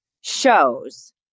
shows